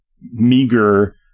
meager